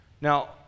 Now